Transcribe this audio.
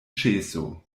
ĉeso